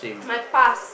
my past